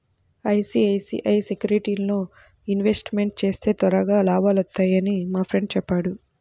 ICICI సెక్యూరిటీస్లో investment చేస్తే త్వరగా లాభాలొత్తన్నయ్యని మా ఫ్రెండు చెప్పాడు